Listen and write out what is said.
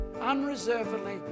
unreservedly